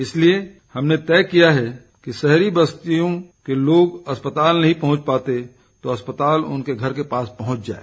इसलिए हमने तय किया कि शहरी बस्तियों के लोग अस्पताल नहीं पहुंच पाते तो अस्पताल उनके घर के पास पहंच जाए